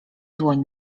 dłoń